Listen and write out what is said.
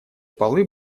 полы